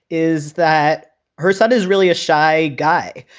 is that her son is really a shy guy.